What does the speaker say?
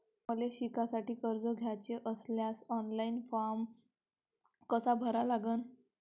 मले शिकासाठी कर्ज घ्याचे असल्यास ऑनलाईन फारम कसा भरा लागन?